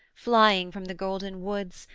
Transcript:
flying from the golden woods,